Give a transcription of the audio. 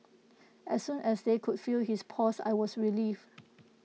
as soon as they could feel his pulse I was relieved